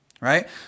right